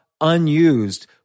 unused